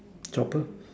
chopper